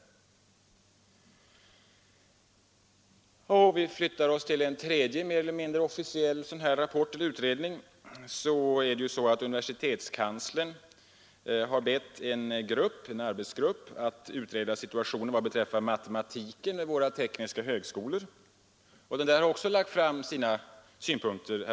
Universitetskanslern har bett en arbetsgrupp utreda situationen vad beträffar matematiken vid våra tekniska högskolor. Denna arbetsgrupp har också i dagarna lagt fram sina synpunkter.